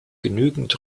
genügend